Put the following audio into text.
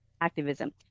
activism